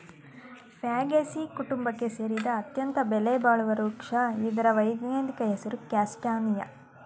Fagaceae ಕುಟುಂಬಕ್ಕೆ ಸೇರಿದ ಅತ್ಯಂತ ಬೆಲೆಬಾಳುವ ವೃಕ್ಷ ಇದ್ರ ವೈಜ್ಞಾನಿಕ ಹೆಸರು ಕ್ಯಾಸ್ಟಾನಿಯ